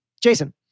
Jason